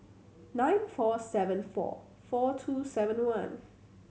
nine four seven four four two seven one